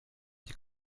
die